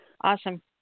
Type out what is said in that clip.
awesome